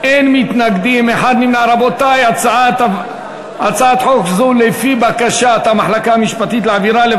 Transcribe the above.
את הצעת חוק מבקר המדינה (תיקון,